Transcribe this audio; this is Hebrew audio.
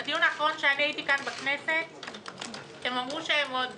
בדיון האחרון שהייתי פה בכנסת הם אמרו שהם עוד